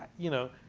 you know,